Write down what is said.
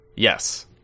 Yes